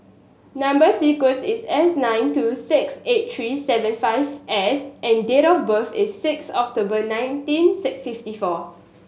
number sequence is S nine two six eight three seven five S and date of birth is six October nineteen fifty four